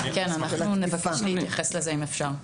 כן, אנחנו נבקש להתייחס לזה, אם אפשר.